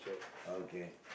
okay